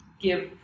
give